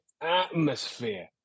atmosphere